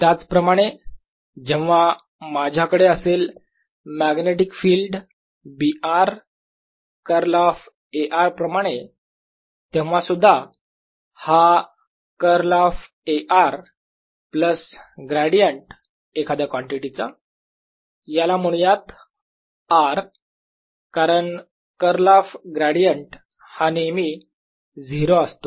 त्याचप्रमाणे जेव्हा माझ्याकडे असेल magnetic field B r curl of A r प्रमाणे तेव्हा सुद्धा हा curl of A r plus gradient एखाद्या कॉन्टिटी चा ह्याला म्हणूयात r कारण कर्ल ऑफ ग्रेडियंट हा नेहमी 0 असतो